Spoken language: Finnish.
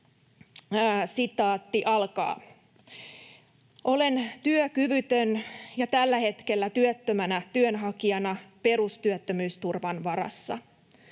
kokemustarinoista: ”Olen työkyvytön ja tällä hetkellä työttömänä työnhakijana perustyöttömyysturvan varassa.